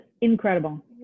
incredible